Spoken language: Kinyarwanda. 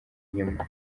inyuma